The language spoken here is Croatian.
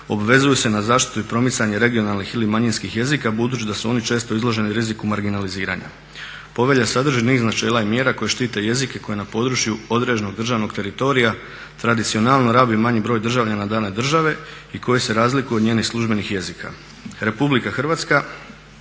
obvezuju se na zaštitu i promicanje regionalnih ili manjinskih jezika budući da su oni često izloženi riziku marginaliziranja. Povelja sadrži niz načela i mjera koje štite jezike koje na području određenog državnog teritorija tradicionalno rabi manji broj državljana dane države i koji se razlikuje od njenih službenih jezika. Republika Hrvatska